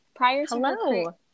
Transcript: Hello